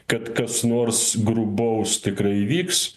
kad kas nors grubaus tikrai įvyks